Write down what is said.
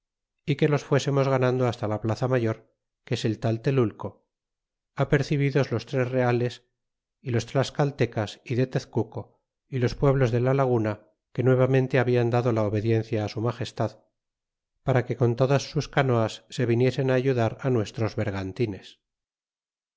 é que los fuésemos ganando hasta la plaza mayor que es el taltelulco apercebidos los tres reales y los tlascaltecas y de tezcuco y los pueblos de la laguna que nuevamente hablan dado la obediencia su magestacl para que con todas sus canoas se viniesen yudar nuestros